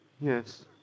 Yes